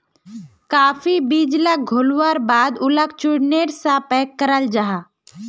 काफी बीज लाक घोल्वार बाद उलाक चुर्नेर सा पैक कराल जाहा